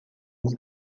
his